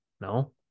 No